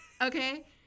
Okay